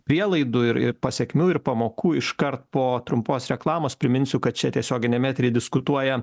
prielaidų ir ir pasekmių ir pamokų iškart po trumpos reklamos priminsiu kad čia tiesioginiam etery diskutuoja